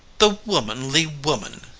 the womanly woman!